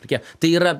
tokie tai yra